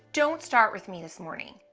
don't start with me this morning.